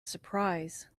surprise